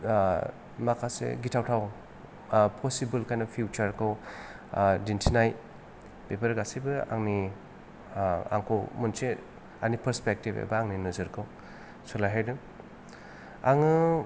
माखासे गिथावथाव possible kind of फिउसारखौ दिन्थिनाय बेफोर गासिबो आंनि आंखौ मोनसे आंनि पार्सपेकिटभ एबा आंनि नोजोरखौ सोलायहोदों आङो